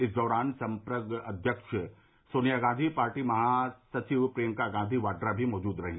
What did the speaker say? इस दौरान संप्रग अध्यक्ष सोनिया गांधी पार्टी महासचिव प्रियंका गांधी वाड्रा भी मौजूद रहीं